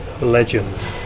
Legend